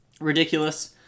ridiculous